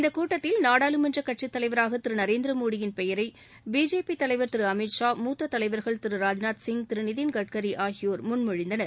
இந்தக் கூட்டத்தில் நாடாளுமன்றக் கட்சித் தலைவராக திரு நரேந்திர மோடியின் பெயரை பிஜேபி தேசியத் தலைவர் திரு அமித் ஷா மூத்த தலைவர்கள் திரு ராஜ்நாத் சிங் திரு நிதின் கட்காரி ஆகியோர் முன்மொழிந்தனர்